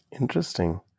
Interesting